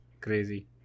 crazy